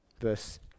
Verse